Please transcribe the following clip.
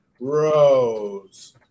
Rose